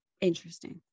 Interesting